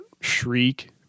Shriek